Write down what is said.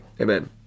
Amen